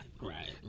Right